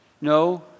No